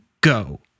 go